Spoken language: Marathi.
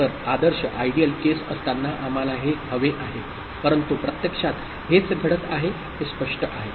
तर आदर्श केस असताना आम्हाला हे हवे आहे परंतु प्रत्यक्षात हेच घडत आहे हे स्पष्ट आहे